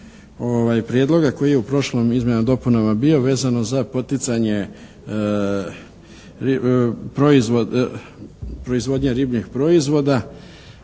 prijedloga koji je u prošlom izmjenama i dopunama bio vezano za poticanje proizvodnja ribljeg proizvoda